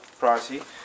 pricey